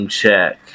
check